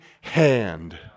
hand